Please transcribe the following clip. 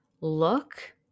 look